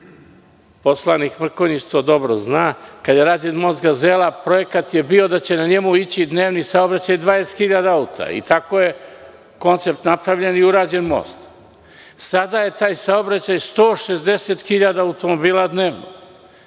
poslanik Mrkonjić to dobro zna, „Gazela“ projekat je bio da će na njemu ići dnevni saobraćaj od 20.000 auta, i tako je koncept napravljen i urađen je most. Sada je taj saobraćaj 160.000 automobila dnevno.